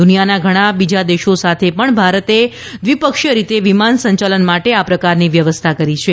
દુનિયાના ઘણા બીજા દેશો સાથે પણ ભારતે દ્રિપક્ષીય રીતે વિમાન સંચાલન માટે આ પ્રકારની વ્યવસ્થા કરી છે